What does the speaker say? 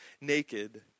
naked